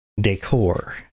Decor